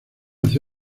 hacía